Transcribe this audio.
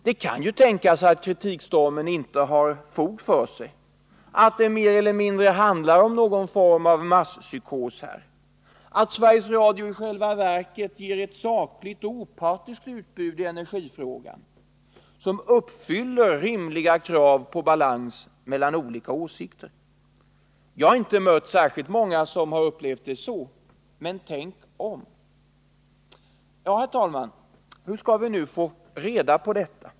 Det kan ju tänkas att kritikstormen inte har fog för sig, att det här mer eller mindre handlar om någon form av masspsykos och att Sveriges Radio i energifrågan i själva verket ger ett sakligt och opartiskt utbud, som uppfyller rimliga krav på balans mellan olika åsikter. Jag har inte mött särskilt många som har upplevt det så, men tänk om... Hur skall vi nu, herr talman, få reda på detta?